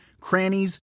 crannies